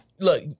Look